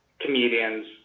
comedians